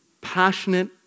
passionate